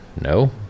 No